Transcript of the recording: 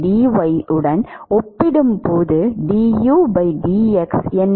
du dy உடன் ஒப்பிடும்போது du dx என்ன